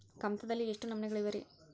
ಕಮತದಲ್ಲಿ ಎಷ್ಟು ನಮೂನೆಗಳಿವೆ ರಿ?